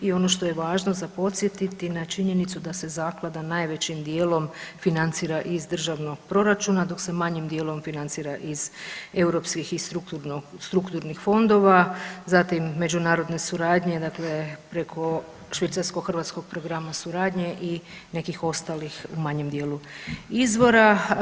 I on što je važno za podsjetiti na činjenicu da se zaklada najvećim dijelom financira i državnog proračuna dok se manjim dijelom financira iz europskih i strukturnih fondova, zatim međunarodne suradnje dakle preko švicarsko-hrvatskog programa suradnje i nekih ostalih u manjem dijelu izvora.